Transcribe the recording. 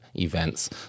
events